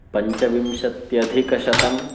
पञ्चविंशत्यधिकशतम्